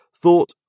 thought